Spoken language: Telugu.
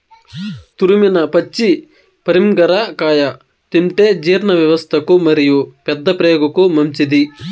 తురిమిన పచ్చి పరింగర కాయ తింటే జీర్ణవ్యవస్థకు మరియు పెద్దప్రేగుకు మంచిది